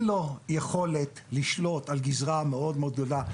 לו יכולת לשלוט על גזרה מאוד-מאוד גדולה,